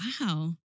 wow